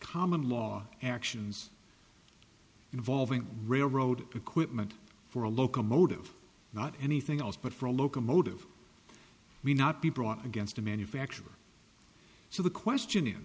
common law actions involving railroad equipment for a locomotive not anything else but for a locomotive we not be brought against a manufacturer so the question is